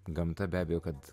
gamta be abejo kad